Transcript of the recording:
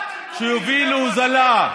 שהביא להוזלה.